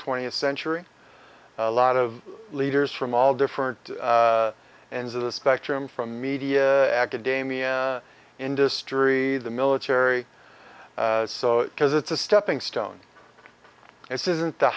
twentieth century a lot of leaders from all different and of the spectrum from media academia industry the military because it's a stepping stone this isn't the